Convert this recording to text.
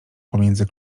pomiędzy